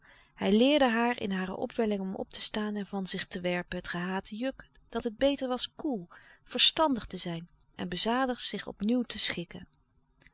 hij leerde haar in hare opwelling om op te staan en van zich te werpen het gehate juk dat het beter was koel verstandig te zijn en bezadigd zich opnieuw te schikken